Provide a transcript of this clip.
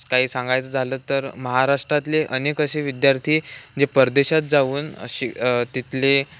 काही सांगायचं झालं तर महाराष्ट्रातले अनेक असे विद्यार्थी जे परदेशात जाऊन शि तिथले